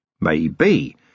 Maybe